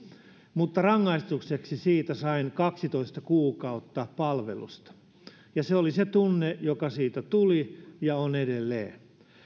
mutta rangaistukseksi siitä sain kaksitoista kuukautta palvelusta se oli se tunne joka siitä tuli ja on edelleen